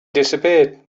disappeared